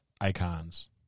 icons